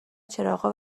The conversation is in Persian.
چراغا